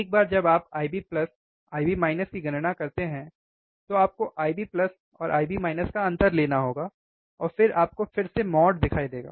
एक बार जब आप IB IB की गणना करते हैं तो आपको IB और IB का अंतर लेना होगा और फिर आपको फिर से mod दिखाई देगा